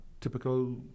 typical